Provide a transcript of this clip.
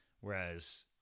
Whereas